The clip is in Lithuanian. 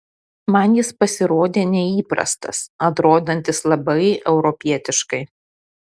man jis pasirodė neįprastas atrodantis labai europietiškai